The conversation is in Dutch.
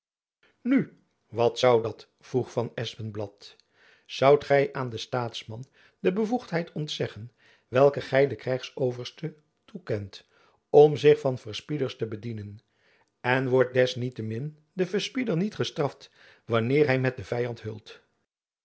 nu wat zoû dat vroeg van espenblad zoudt gy aan den staatsman de bevoegdheid ontzeggen welke gy den krijgsoverste toekent om zich van verspieders te bedienen en wordt desniet te min de verspieder niet gestraft wanneer hy met den vyand heult